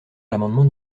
l’amendement